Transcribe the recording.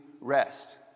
rest